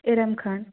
Iram Khan